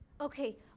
Okay